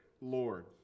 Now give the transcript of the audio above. Lord